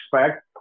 expect